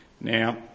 Now